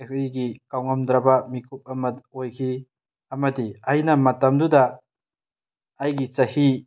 ꯑꯁ ꯑꯩꯒꯤ ꯀꯥꯎꯉꯝꯗ꯭ꯔꯕ ꯃꯤꯀꯨꯞ ꯑꯃ ꯑꯣꯏꯈꯤ ꯑꯃꯗꯤ ꯑꯩꯅ ꯃꯇꯝꯗꯨꯗ ꯑꯩꯒꯤ ꯆꯍꯤ